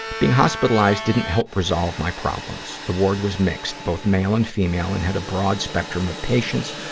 being hospitalized didn't help resolve my problems. the ward was mixed, both male and female and had a broad spectrum of patients,